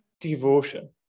devotion